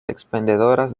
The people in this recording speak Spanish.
expendedoras